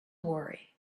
worry